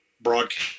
broadcast